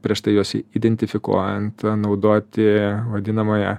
prieš tai juos identifikuojant naudoti vadinamąją